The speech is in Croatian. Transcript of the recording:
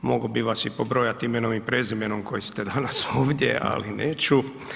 Mogao bi vas i pobrojati imenom i prezimenom koji ste danas ovdje, ali neću.